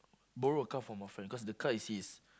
borrow a car from our friend cause the car is his